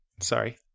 Sorry